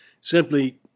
Simply